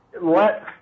Let